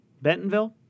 Bentonville